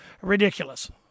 ridiculous